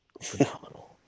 Phenomenal